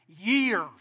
years